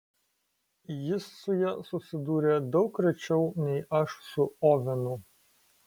jis su ja susidūrė daug rečiau nei aš su ovenu